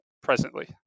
presently